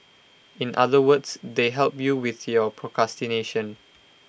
in other words they help you with your procrastination